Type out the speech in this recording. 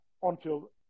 on-field